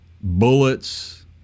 bullets